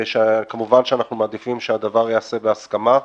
כמובן שאנחנו מעדיפים שהדבר ייעשה בהסכמה.